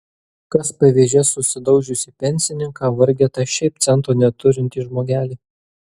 kas pavėžės susidaužiusį pensininką vargetą šiaip cento neturintį žmogelį